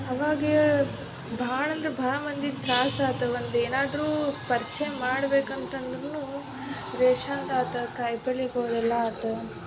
ಅವಾಗೆ ಭಾಳ ಅಂದ್ರೆ ಭಾಳ ಮಂದಿ ತ್ರಾಸು ಆತು ಒಂದು ಏನಾದರೂ ಪರಿಚಯ ಮಾಡ್ಬೇಕಂತದ್ರೂ ರೇಷನ್ಗೆ ಆತು ಕಾಯಿ ಪಲ್ಯಗೆ ಎಲ್ಲ ಆತು